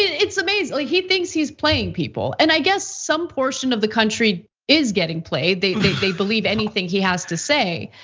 it's amazing like he thinks he's playing people. and i guess some portion of the country is getting played. they they believe anything he has to say.